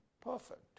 perfect